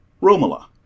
Romola